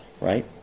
right